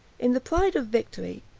in the pride of victory,